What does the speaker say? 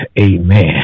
Amen